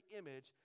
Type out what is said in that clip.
image